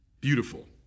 Beautiful